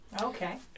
Okay